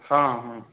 हाँ हाँ